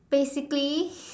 basically